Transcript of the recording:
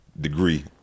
degree